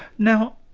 now,